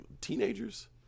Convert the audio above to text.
teenagers